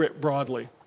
broadly